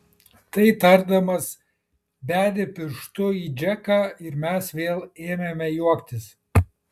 tai tardamas bedė pirštu į džeką ir mes vėl ėmėme juoktis